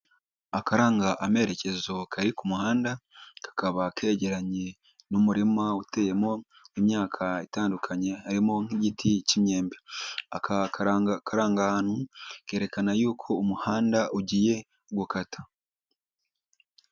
Akaranga amerekezo kari ku muhanda, kakaba kegeranye n'umurima uteyemo imyaka itandukanye harimo nk'igiti cy'imyembe, aka karanga hantu kerekana y'uko umuhanda ugiye gukata.